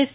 yes